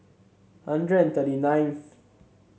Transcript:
hundred thirty ninth